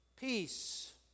Peace